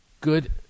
Good